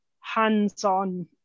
hands-on